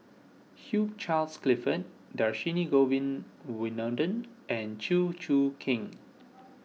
Hugh Charles Clifford Dhershini Govin Winodan and Chew Choo Keng